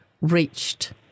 reached